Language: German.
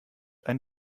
ein